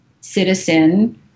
citizen